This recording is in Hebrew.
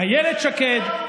אילת שקד,